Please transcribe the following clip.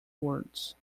words